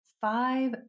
five